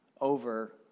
over